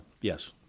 Yes